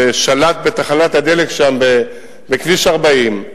ששלט בתחנת הדלק שם בכביש 40,